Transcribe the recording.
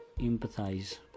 empathize